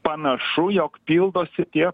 panašu jog pildosi tie